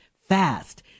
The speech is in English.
fast